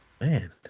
Man